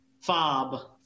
fob